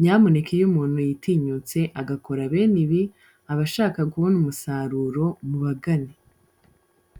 Nyamuneka iyo umuntu yitinyutse agakora bene ibi abashaka kubona umusaruro mubagane.